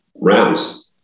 rounds